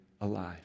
alive